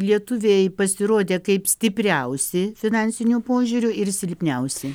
lietuviai pasirodė kaip stipriausi finansiniu požiūriu silpniausi